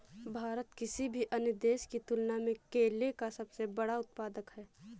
भारत किसी भी अन्य देश की तुलना में केले का सबसे बड़ा उत्पादक है